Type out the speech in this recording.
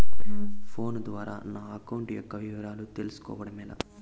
Phone ద్వారా నా account యొక్క వివరాలు తెలుస్కోవడం ఎలా?